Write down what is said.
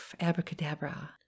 abracadabra